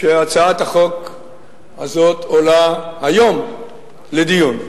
שהצעת החוק הזאת עולה היום לדיון.